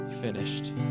finished